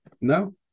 No